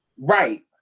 Right